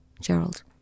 Gerald